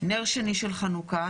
נר שני של חנוכה,